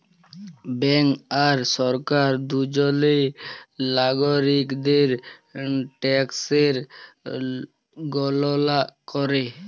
bank আর সরকার দুজলই লাগরিকদের ট্যাকসের গললা ক্যরে